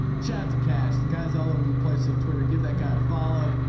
chad to cash the guys all over the place on twitter. give that guy follow.